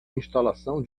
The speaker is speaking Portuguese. instalação